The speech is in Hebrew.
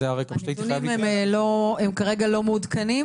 הנתונים הם כרגע לא מעודכנים?